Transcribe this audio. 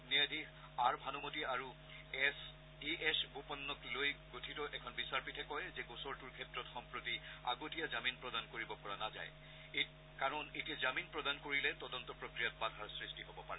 ন্যায়াধীশ আৰ ভানুমতী আৰু A S বোপন্নাক লৈ গঠিত এখন বিচাৰপীঠে কয় যে গোচৰটোৰ ক্ষেত্ৰত সম্প্ৰতি আগতীয়া জামিন প্ৰদান কৰিব পৰা নাযায় কাৰণ এতিয়া জামিন প্ৰদান কৰিলে তদন্ত প্ৰক্ৰিয়াত বাধাৰ সৃষ্টি হ'ব পাৰে